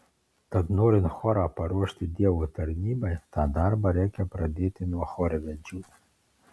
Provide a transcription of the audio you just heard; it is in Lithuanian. tad norint chorą paruošti dievo tarnybai tą darbą reikia pradėti nuo chorvedžių